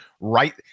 right